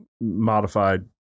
modified